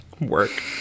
Work